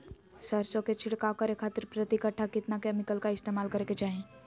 सरसों के छिड़काव करे खातिर प्रति कट्ठा कितना केमिकल का इस्तेमाल करे के चाही?